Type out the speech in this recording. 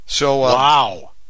Wow